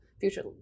future